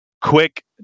quick